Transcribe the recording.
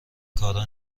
کارا